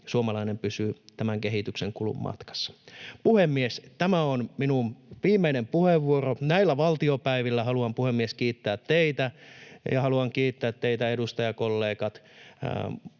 suomalainen pysyy tämän kehityksen kulun matkassa. Puhemies! Tämä on minun viimeinen puheenvuoroni näillä valtiopäivillä. Haluan, puhemies, kiittää teitä, ja haluan kiittää teitä, edustajakollegat,